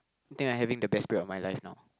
I think I'm having the best break of my life now